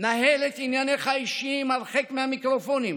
נהל את עניינך האישיים הרחק מהמיקרופונים.